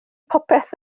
popeth